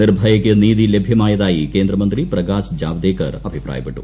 നീർഭയക്ക് നീതി ലഭ്യമായുത്തിയി കേന്ദ്രമന്ത്രി പ്രകാശ് ജാവദേക്കർ അഭിപ്രായപ്പെട്ടു